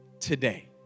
Today